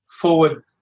forward